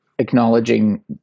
acknowledging